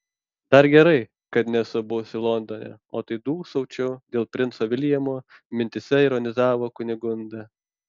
dar gerai kad nesu buvusi londone o tai dūsaučiau dėl princo viljamo mintyse ironizavo kunigunda